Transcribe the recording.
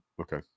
okay